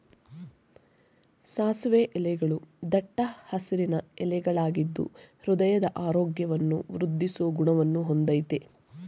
ಸಾಸಿವೆ ಎಲೆಗಳೂ ದಟ್ಟ ಹಸಿರಿನ ಎಲೆಗಳಾಗಿದ್ದು ಹೃದಯದ ಆರೋಗ್ಯವನ್ನು ವೃದ್ದಿಸೋ ಗುಣವನ್ನ ಹೊಂದಯ್ತೆ